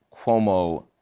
Cuomo